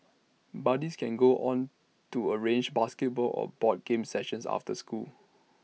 buddies can go on to arrange basketball or board games sessions after school